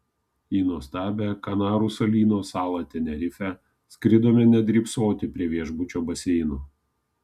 į nuostabią kanarų salyno salą tenerifę skridome ne drybsoti prie viešbučio baseino